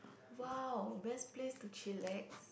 !wow! best place to chillax